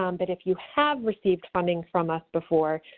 um but if you have received funding from us before,